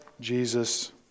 Jesus